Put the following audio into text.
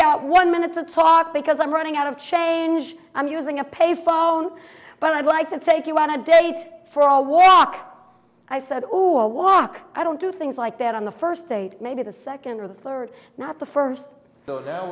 got one minutes of talk because i'm running out of change i'm using a payphone but i'd like to take you on a date for a walk i said or walk i don't do things like that on the first day maybe the second or third not the first